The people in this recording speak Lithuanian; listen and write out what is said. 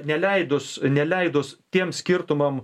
neleidus neleidus tiems skirtumam